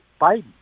Biden